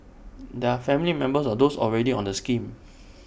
they are family members of those already on the scheme